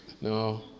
No